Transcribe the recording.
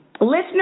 Listeners